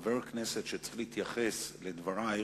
חבר הכנסת שצריך להתייחס לדברייך,